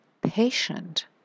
patient